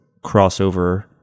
crossover